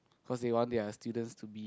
cause they want their students to be